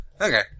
Okay